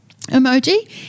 emoji